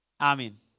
Amen